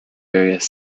various